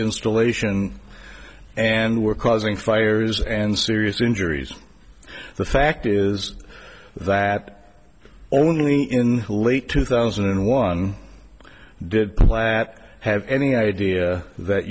installation and were causing fires and serious injuries the fact is that only in late two thousand and one did kalat have any idea that